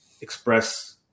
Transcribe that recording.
express